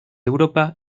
europa